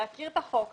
להכיר את החוק,